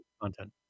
content